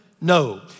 no